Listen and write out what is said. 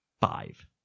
Five